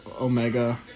Omega